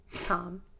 Tom